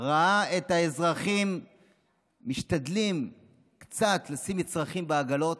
ראה את האזרחים משתדלים לשים קצת מצרכים בעגלות,